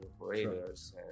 operators